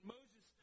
Moses